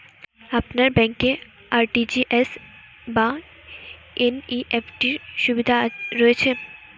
আপনার ব্যাংকে আর.টি.জি.এস বা এন.ই.এফ.টি র সুবিধা রয়েছে?